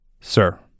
Sir